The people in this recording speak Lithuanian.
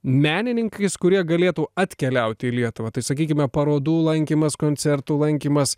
menininkais kurie galėtų atkeliauti į lietuvą tai sakykime parodų lankymas koncertų lankymas